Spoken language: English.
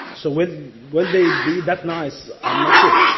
so would would they be that nice? i'm not sure.